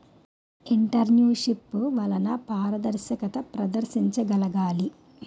entrepreneurship వలన పారదర్శకత ప్రదర్శించగలగాలి